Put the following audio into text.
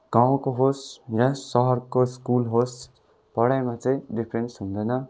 गाउँको होस् या सहरको स्कुल होस् पढाइमा चाहिँ डिफरेन्स हुँदैन